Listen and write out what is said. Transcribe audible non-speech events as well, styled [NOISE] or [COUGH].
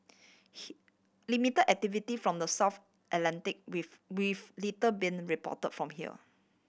[NOISE] limit activity from the south Atlantic with with little being report from here